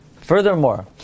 Furthermore